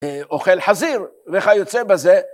אוכל חזיר, וכיוצא בזה